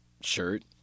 shirt